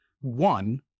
One